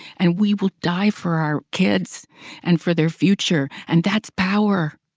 and we will die for our kids and for their future. and that's power.